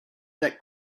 that